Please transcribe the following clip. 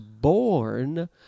born